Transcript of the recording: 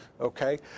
Okay